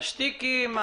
כשמדברים על מוטיבציה של